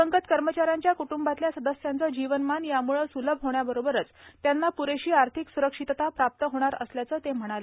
दिवंगत कर्मचाऱ्याच्या क्टुंबातल्या सदस्यांचं जीवनमान यामुळे सुलभ होण्याबरोबरच त्यांना प्रेशी आर्थिक सुरक्षितता प्राप्त होणार असल्याचं ते म्हणाले